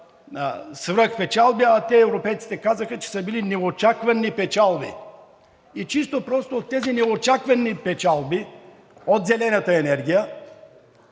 свръхпечалби, а те европейците казаха, че са били неочаквани печалби и чисто и просто от тези неочаквани печалби от зелената енергия